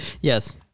Yes